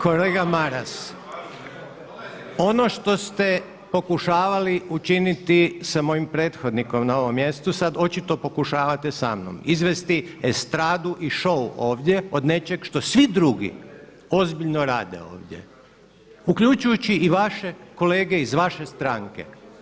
Kolega Maras ono što ste pokušavali učiniti sa mojim prethodnikom na ovom mjestu sada očito pokušavate sa mnom, izvesti estradu i šou ovdje od nečeg što svi drugi ozbiljno rade ovdje, uključujući i vaše kolege iz vaše stranke.